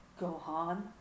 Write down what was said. Gohan